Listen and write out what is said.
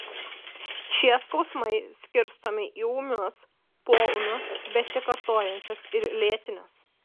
šie skausmai skirstomi į ūmius poūmius besikartojančius ir lėtinius